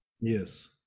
Yes